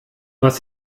was